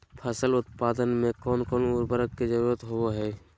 फसल उत्पादन में कोन कोन उर्वरक के जरुरत होवय हैय?